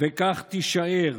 וכך תישאר.